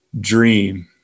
dream